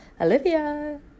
Olivia